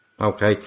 Okay